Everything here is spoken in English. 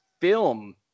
film